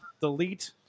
delete